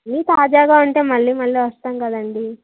అన్నీ తాజాగా ఉంటే మళ్ళీ మళ్ళీ వస్తాము కదండీ